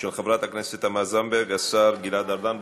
של חברת הכנסת תמר זנדברג, השר גלעד ארדן.